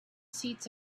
seats